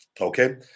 okay